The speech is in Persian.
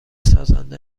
سازنده